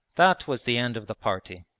that was the end of the party.